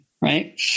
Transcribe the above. right